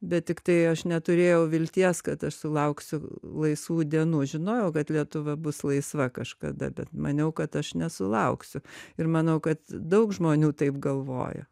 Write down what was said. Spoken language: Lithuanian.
bet tiktai aš neturėjau vilties kad aš sulauksiu laisvų dienų žinojau kad lietuva bus laisva kažkada bet maniau kad aš nesulauksiu ir manau kad daug žmonių taip galvojo